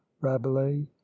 rabelais